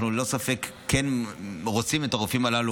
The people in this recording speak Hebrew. אנחנו ללא ספק כן רוצים את הרופאים הללו